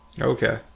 Okay